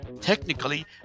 technically